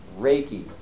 Reiki